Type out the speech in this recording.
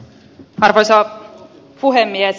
arvoisa puhemies